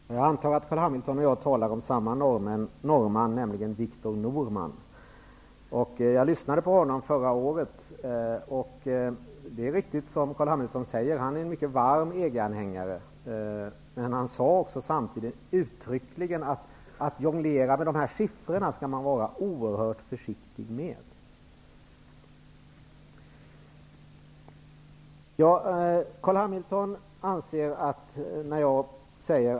Herr talman! Jag antar att Carl B Hamilton och jag talar om samma norrman, nämligen Viktor Norman. Jag lyssnade på honom förra året. Det är riktigt att han, som Carl B Hamilton säger, är en mycket varm EG-anhängare, men han sade också uttryckligen att man skall vara oerhört försiktig med att jonglera med dessa siffror.